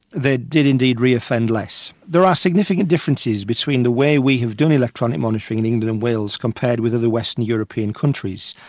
they did indeed reoffend less. there are significant differences between the way we have done electronic monitoring in england and wales compared with other western european countries.